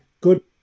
Good